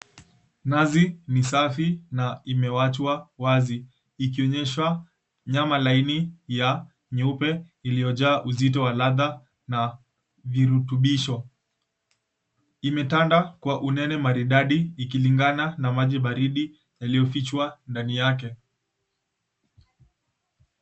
Nazi misafi na imewachwa wazi ikionyesha nyama laini ya nyeupe iliyojaa uzito wa ladha na virutubisho, imetanda kwa unene maridadi ikilingana na maji baridi yaliyofichwa ndani yake.